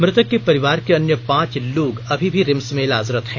मुतक के परिवार के अन्य पांच लोग अभी भी रिम्स में इलाजरत हैं